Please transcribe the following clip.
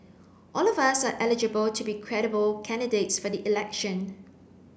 all of us are eligible to be credible candidates for the election